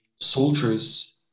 soldiers